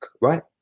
Right